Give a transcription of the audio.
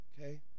Okay